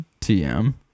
TM